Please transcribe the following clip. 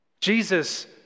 Jesus